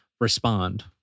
respond